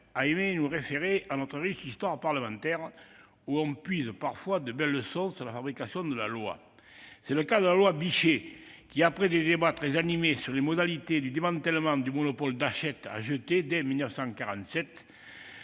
à aimer nous référer à notre riche histoire parlementaire, où l'on puise parfois de belles leçons sur la fabrication de la loi. C'est le cas pour la loi Bichet, qui après des débats très animés sur les modalités du démantèlement du monopole d'Hachette a jeté, dès 1947,